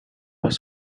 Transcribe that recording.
was